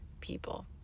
people